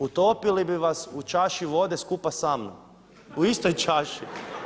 Utopili bi vas u časi vode skupa samnom, u istoj časi.